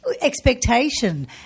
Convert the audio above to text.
expectation